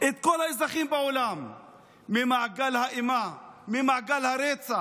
את כל האזרחים בעולם ממעגל האימה, ממעגל הרצח,